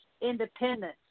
independence